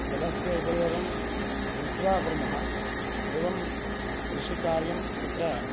जलस्य उपयोगं दृष्ट्वा कुर्मः एवं कृषिकार्यं तत्र